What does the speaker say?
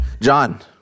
John